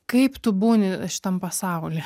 kaip tu būni šitam pasauly